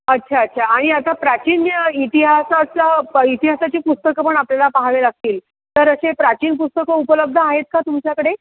अच्छा अच्छा आणि असं प्राचीन इतिहासाचं पय इतिहासाची पुस्तकं पण आपल्याला पहावे लागतील तर असे प्राचीन पुस्तकं उपलब्ध आहेत का तुमच्याकडे